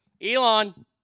Elon